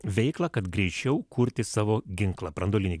veiklą kad greičiau kurti savo ginklą branduolinį